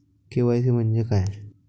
KYC म्हंजे काय?